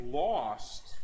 lost